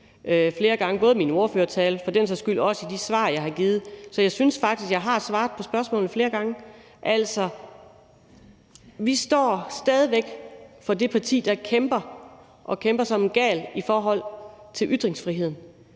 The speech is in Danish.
flere gange, både i min ordførertale og for den sags skyld også i de svar, jeg har givet. Så jeg synes faktisk, at jeg har svaret på spørgsmålet flere gange. Altså, vi er stadig væk det parti, der kæmper – og kæmper som gale – for ytringsfriheden.